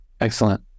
excellent